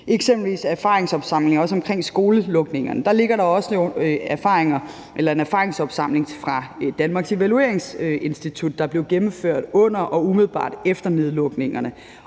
eksempelvis trivsel og om skolelukninger, også ligger en erfaringsopsamling fra Danmarks Evalueringsinstitut, der blev gennemført under og umiddelbart efter nedlukningerne.